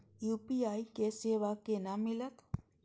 UPI के सेवा केना मिलत?